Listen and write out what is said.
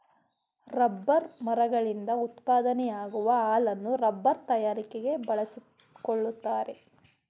rubber ಮರಗಳಿಂದ ಉತ್ಪಾದನೆಯಾಗುವ ಹಾಲನ್ನು ರಬ್ಬರ್ ತಯಾರಿಕೆ ಬಳಸಿಕೊಳ್ಳುತ್ತಾರೆ